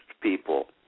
people